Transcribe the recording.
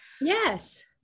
Yes